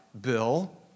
Bill